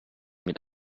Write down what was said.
mit